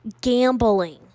gambling